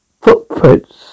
footprints